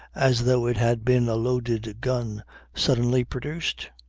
as though it had been a loaded gun suddenly produced?